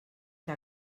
que